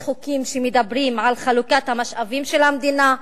יש חוקים שמדברים על חלוקת המשאבים של המדינה,